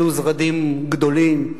אלו זרדים גדולים,